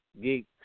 Geeks